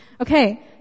Okay